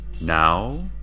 Now